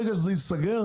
ברגע שזה ייסגר,